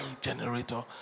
generator